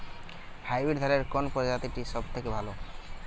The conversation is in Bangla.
হাইব্রিড ধানের কোন প্রজীতিটি সবথেকে ভালো?